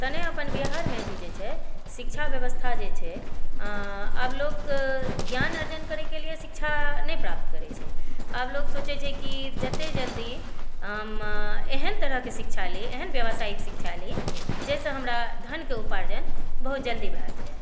तऽ अपन बिहारमे भी जे छै शिक्षा व्यवस्था जे छै आब लोक ज्ञान अर्जन करैके लिय शिक्षा नहि प्राप्त करै छै आब लोक सोचै छै कि जतय जल्दी एहन तरहके शिक्षा ली एहन व्यावसायिक शिक्षा ली जाहिसॅं हमरा धनके उपार्जन बहुत जल्दी भए जै